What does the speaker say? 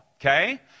Okay